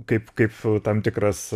kaip kaip tam tikras